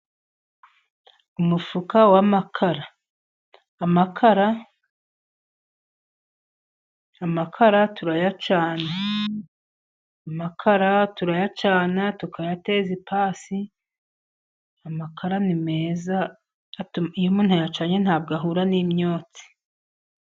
Umufuka w'amakara, amakara turayacana, tukayateza ipasi, amakarara ni meza iyo umuntu ayacanye ntahura n'imyotsi.